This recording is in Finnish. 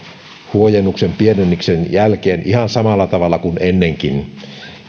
huojennuksen pienennyksen jälkeen ihan samalla tavalla kuin ennenkin